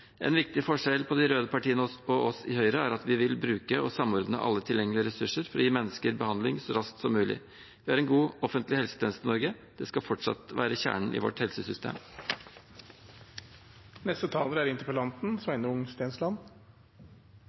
En viktig forskjell på de røde partiene og på oss i Høyre er at vi vil bruke og samordne alle tilgjengelige ressurser for å gi mennesker behandling så raskt som mulig. Vi har en god offentlig helsetjeneste i Norge. Det skal fortsatt være kjernen i vårt